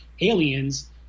aliens